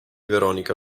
veronica